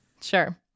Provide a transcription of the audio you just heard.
Sure